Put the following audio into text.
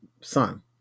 son